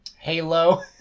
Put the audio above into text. halo